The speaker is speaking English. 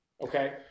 Okay